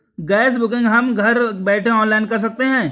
gas booking हम घर बैठे ऑनलाइन कर सकते है